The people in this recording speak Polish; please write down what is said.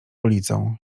ulicą